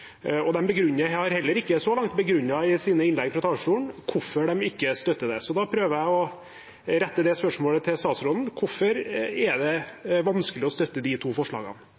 og de har heller ikke så langt begrunnet i sine innlegg fra talerstolen hvorfor de ikke støtter dem. Da prøver jeg å rette det spørsmålet til statsråden: Hvorfor er det vanskelig å støtte de to forslagene?